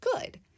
good